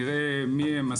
נראה מי הם.